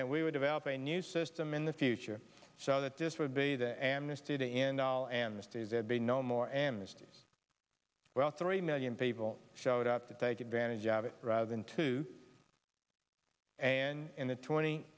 then we would develop a new system in the future so that this would be the amnesty to end all amnesties ebay no more amnesty well three million people showed up to take advantage of it rather than to and in the twenty